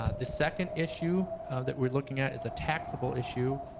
ah the second issue that we're looking at is a taxable issue,